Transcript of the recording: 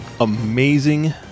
amazing